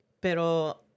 Pero